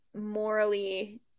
morally